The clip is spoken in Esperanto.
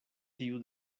tiu